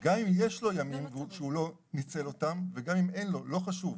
- גם אם יש לו ימים שהוא לא ניצל אותם וגם אם אין לו זה לא חשוב: